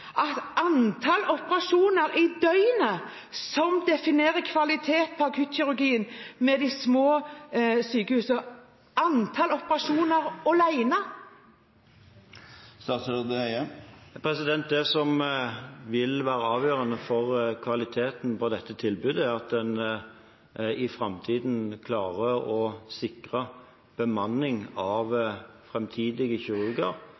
antall operasjoner i døgnet som definerer kvalitet på akuttkirurgien ved de små sykehusene – antall operasjoner alene? Det som vil være avgjørende for kvaliteten på dette tilbudet, er at en i framtiden klarer å sikre bemanning av kirurger